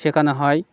শেখানো হয়